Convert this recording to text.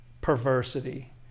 perversity